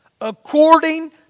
according